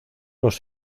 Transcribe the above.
los